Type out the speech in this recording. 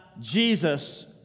Jesus